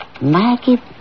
Maggie